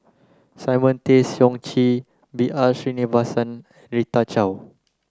Simon Tay Seong Chee B R Sreenivasan Rita Chao